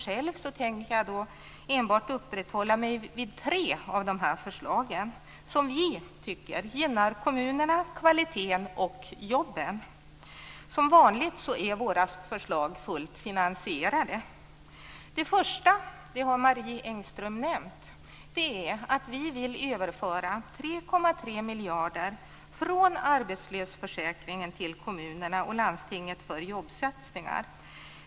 Själv tänker jag enbart uppehålla mig vid tre av de förslag som vi tycker gynnar kommunerna, kvaliteten och jobben. Som vanligt är våra förslag fullt finansierade. Det första förslaget har Marie Engström redan nämnt, nämligen att vi vill överföra 3,3 miljarder kronor från arbetslöshetsförsäkringen till kommuner och landsting för jobbsatsningar.